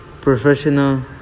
professional